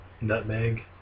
nutmeg